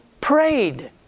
prayed